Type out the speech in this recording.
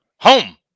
Home